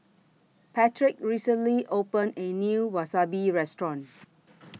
Patrick recently opened A New Wasabi Restaurant